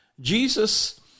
Jesus